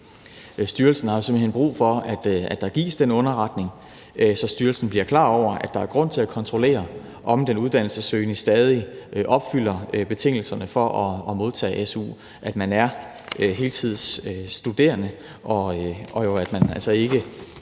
simpelt hen brug for, at der gives den underretning, så styrelsen bliver klar over, at der er grund til at kontrollere, om den uddannelsessøgende stadig opfylder betingelserne for at modtage su, altså at man er heltidsstuderende, og at man altså